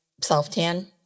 self-tan